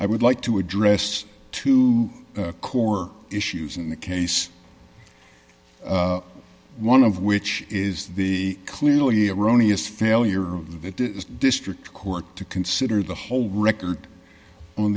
i would like to address two core issues in the case one of which is the clearly erroneous failure of the district court to consider the whole record on